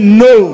no